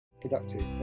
productive